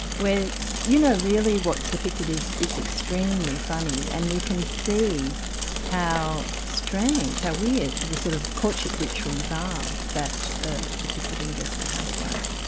when you know really what's depicted is is extremely funny and we can see how strange, how weird, the sort of courtship rituals are that are ah depicted in desperate housewives,